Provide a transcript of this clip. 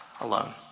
alone